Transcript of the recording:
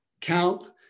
count